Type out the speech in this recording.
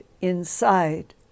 inside